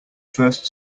first